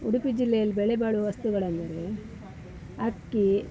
ಉಡುಪಿ ಜಿಲ್ಲೆಯಲ್ಲಿಉ ಬೆಲೆ ಬಾಳುವ ವಸ್ತುಗಳೆಂದರೆ ಅಕ್ಕಿ